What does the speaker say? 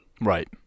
right